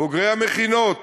בוגרי המכינות